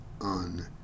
on